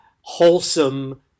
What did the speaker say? wholesome